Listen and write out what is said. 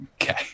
Okay